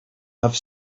have